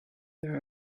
there